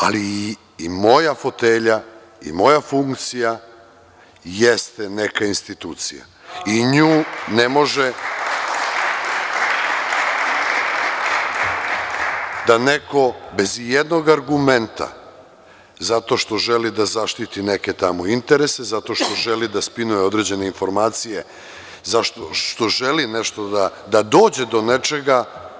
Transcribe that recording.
Ali, i moja fotelja i moja funkcija jeste neka institucija i nju ne može da neko bez ijednog argumenta, zato što želi da zaštiti neke tamo interese, zato što želi da spinuje određene informacije, zato što želi nešto da dođe do nečega.